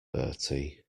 bertie